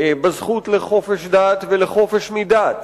בזכות לחופש דת ולחופש מדת,